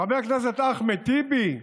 חבר הכנסת אחמד טיבי,